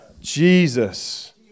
Jesus